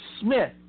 Smith